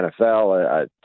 NFL